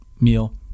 meal